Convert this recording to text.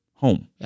home